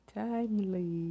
timely